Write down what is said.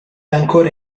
ancora